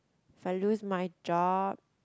if I lose my job